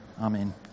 Amen